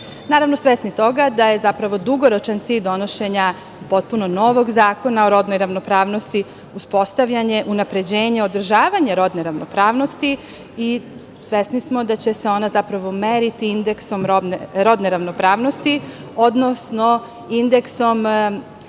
naravno, svesni toga da je zapravo dugoročni cilj donošenja potpunog novog zakona o rodnoj ravnopravnosti uspostavljanje, unapređenje, održavanje rodne ravnopravnosti i svesni smo da će se ona zapravo meriti indeksom rodne ravnopravnosti, odnosno indeksom